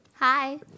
Hi